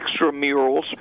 extramurals